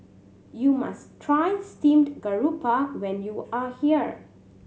you must try steamed garoupa when you are here